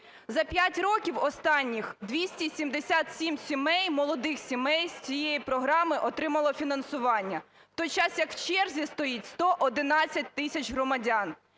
За 5 років останніх 277 сімей, молодих сімей з цієї програми отримало фінансування, в той час як в черзі стоїть 111 тисяч громадян.